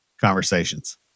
conversations